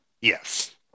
Yes